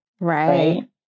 right